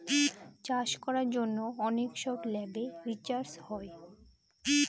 চাষ করার জন্য অনেক সব ল্যাবে রিসার্চ হয়